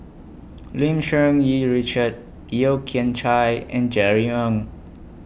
Lim Cherng Yih Richard Yeo Kian Chye and Jerry Ng